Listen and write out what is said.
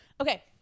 okay